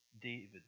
David